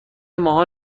ماها